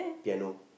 piano